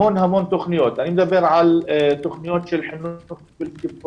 המון תוכניות ואני מדבר על תוכניות של חינוך פרונטלי,